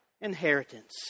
inheritance